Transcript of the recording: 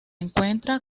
encuentra